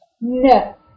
No